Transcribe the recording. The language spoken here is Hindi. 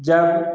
जब